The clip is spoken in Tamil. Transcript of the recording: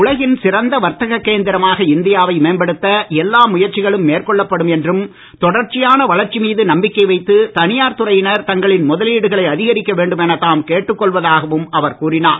உலகின் சிறந்த வர்த்தக கேந்திரமாக இந்தியாவை மேம்படுத்த எல்லா முயற்சிகளும் மேற்கொள்ளப்படும் என்றும் தொடர்ச்சியான வளர்ச்சி மீது நம்பிக்கை வைத்து தனியார் துறையினர் தங்களின் முதலீடுகளை அதிகரிக்க வேண்டும் என தாம் கேட்டுக் கொள்வதாகவும் அவர் கூறினார்